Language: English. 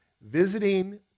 visiting